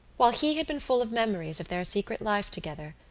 while he had been full of memories of their secret life together,